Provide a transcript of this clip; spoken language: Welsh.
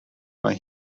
mae